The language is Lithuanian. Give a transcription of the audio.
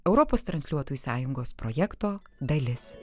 europos transliuotojų sąjungos projekto dalis